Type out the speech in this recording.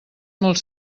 molt